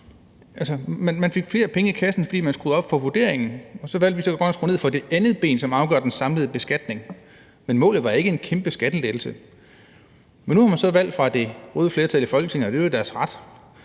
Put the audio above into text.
Man fik flere penge i kassen, fordi man skruede op for vurderingen, og så valgte vi så bare at skrue ned for det andet ben, som afgør den samlede beskatning. Men målet var ikke en kæmpe skattelettelse. Men nu har man så valgt fra det røde flertal i Folketinget, og det er jo deres ret,